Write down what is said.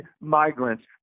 migrants